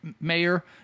Mayor